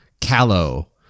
callow